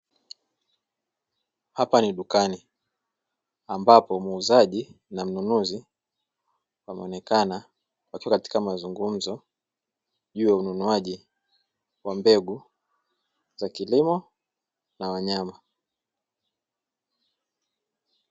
Hapa ni dukani ambapo muuzaji na mnunuzi, wameonekana wakiwa katika mazungumzo juu ya ununuaji wa mbegu za kilimo na wanyama.